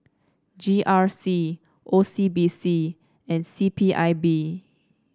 G R C O C B C and C P I B